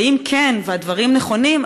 2. ואם כן והדברים נכונים,